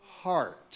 heart